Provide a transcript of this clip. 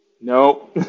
No